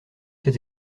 ses